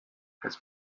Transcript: has